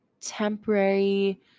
temporary